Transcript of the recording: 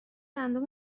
گندم